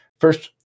first